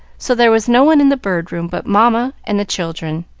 so there was no one in the bird room but mamma and the children.